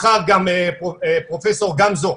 מחר פרופ' גמזו,